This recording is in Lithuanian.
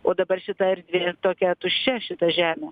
o dabar šita erdvė tokia tuščia šita žemė